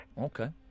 Okay